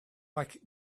like